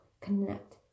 connect